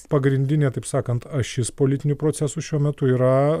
pagrindinė taip sakant ašis politinių procesų šiuo metu yra